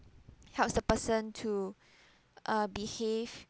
helps the person to uh behave